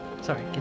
sorry